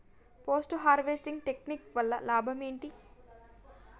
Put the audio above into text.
Post harvesting technique వల్ల లాభం ఏంటి?